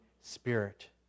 spirit